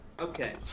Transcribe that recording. Okay